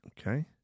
Okay